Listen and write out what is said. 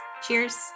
cheers